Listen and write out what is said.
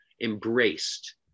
embraced